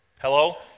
Hello